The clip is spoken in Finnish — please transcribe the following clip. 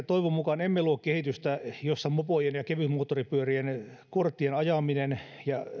toivon mukaan emme luo kehitystä jossa mopojen ja kevytmoottoripyörien korttien ajaminen ja